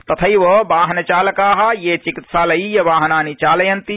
तथ्य ब्राहनचालका या जिकित्सालयीय वाहनानि चालयन्ति